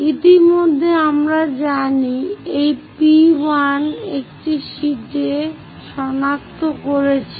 ইতিমধ্যে আমরা জানি এই বিন্দু P1 এটি শীটে সনাক্ত করেছি